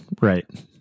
right